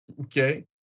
okay